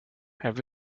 have